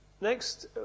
next